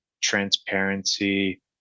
transparency